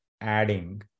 adding